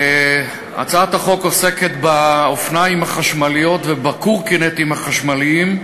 הצעת החוק עוסקת באופניים החשמליים ובקורקינטים החשמליים.